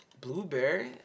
Blueberry